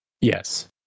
Yes